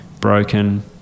broken